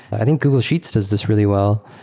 i think google sheets does this really well.